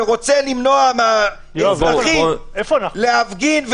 ורוצה למנוע מהאזרחים להפגין,